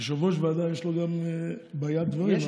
יושב-ראש ועדה, יש לו גם ביד דברים.